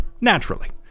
naturally